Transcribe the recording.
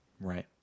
Right